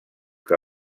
que